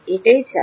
এটাই চাবি